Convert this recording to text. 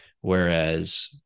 Whereas